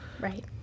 Right